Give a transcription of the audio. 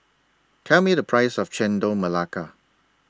Tell Me The Price of Chendol Melaka